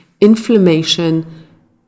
inflammation